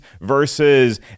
versus